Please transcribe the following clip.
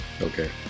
Okay